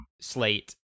slate